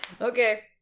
Okay